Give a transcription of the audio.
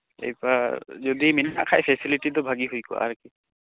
ᱮᱵᱟᱨ ᱡᱚᱫᱤ ᱢᱮᱱᱟᱜ ᱠᱷᱟᱡ ᱯᱷᱮᱥᱮᱞᱤᱴᱤ ᱫᱚ ᱵᱷᱟᱜᱤ ᱦᱩᱭ ᱠᱚᱜᱼᱟ ᱟᱨᱠᱤ